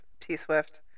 T-Swift